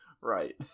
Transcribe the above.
Right